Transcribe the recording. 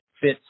fits